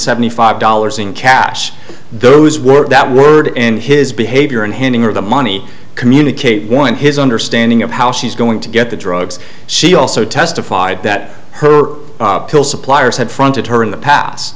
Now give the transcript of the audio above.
seventy five dollars in cash those work that word in his behavior and handing her the money communicate one his understanding of how she's going to get the drugs she also testified that her pill suppliers had fronted her in the past